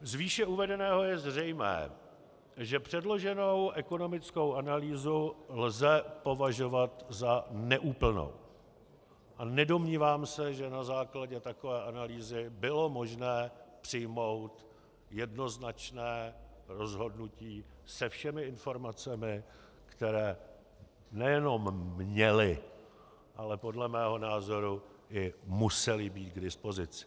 Z výše uvedeného je zřejmé, že předloženou ekonomickou analýzu lze považovat za neúplnou, a nedomnívám se, že na základě takové analýzy by bylo možné přijmout jednoznačné rozhodnutí se všemi informacemi, které nejen měly, ale podle mého názoru i musely být k dispozici.